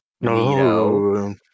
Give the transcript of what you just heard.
no